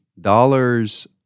dollars